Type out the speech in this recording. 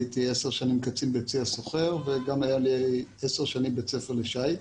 הייתי עשר שנים קצין בצי הסוחר וגם היה לי במשך עשר שנים בית ספר לשיט.